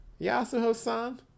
Yasuho-san